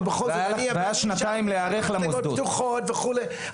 אבל בכל זאת, אני השארתי את המכללות פתוחות וכולי.